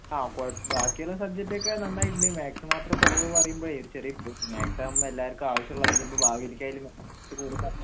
ആ കുഴപ്പമില്ല ബാക്കിയുള്ള സബ്ജെക്ട് ഒക്കെ നന്നായിട്ടുണ്ട് മാത്സ് മാത്രം കുറവ് എന്ന് പറയുമ്പോഴേ ഒരു ചെറിയ ഇത് മാത്സ് ആകുമ്പോൾ എല്ലാവർക്കും ആവശ്യമുള്ള ഇനി ഇപ്പോൾ ഭാവിയിൽ ഒക്കെ ആയാലും